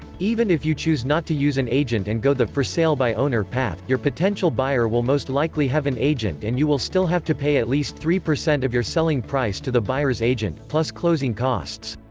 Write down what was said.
even if you choose not to use an agent and go the for sale by owner path, your potential buyer will most likely have an agent and you will still have to pay at least three percent of your selling price to the buyers agent, plus closing costs.